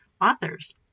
authors